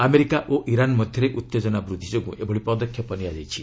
America ଓ Iran ମଧ୍ୟରେ ଉତ୍ତେଜନା ବୃଦ୍ଧି ଯୋଗୁଁ ଏଭଳି ପଦକ୍ଷେପ ନିଆଯାଇଛି